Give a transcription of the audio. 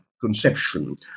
conception